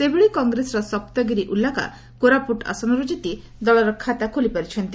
ସେହିଭଳି କଂଗ୍ରେସର ସପ୍ତଗିରି ଉଲ୍ଲାକା କୋରାପୁଟ ଆସନର୍ ଜିତି ଦଳର ଖାତା ଖୋଲିପାରିଛନ୍ତି